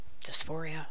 dysphoria